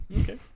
Okay